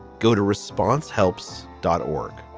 go to responce helps dawg.